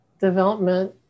development